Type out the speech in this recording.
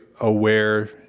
aware